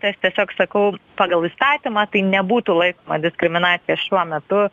tai aš tiesiog sakau pagal įstatymą tai nebūtų laikoma diskriminacija šiuo metu